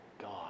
God